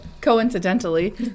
coincidentally